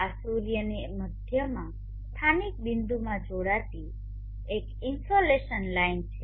આ સૂર્યની મધ્યમાં સ્થાનિક બિંદુમાં જોડાતી એક ઇન્સોલેશન લાઇન છે